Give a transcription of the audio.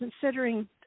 considering